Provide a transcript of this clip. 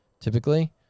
typically